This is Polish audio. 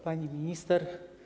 Pani Minister!